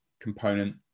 component